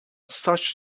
such